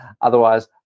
otherwise